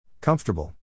Comfortable